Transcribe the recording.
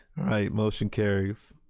motion carries.